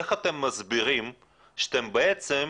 איך אתם מסבירים שאתם בעצם,